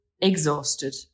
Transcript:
exhausted